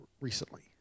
recently